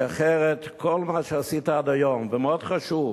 כי אחרת כל מה שעשית עד היום, ומאוד חשוב,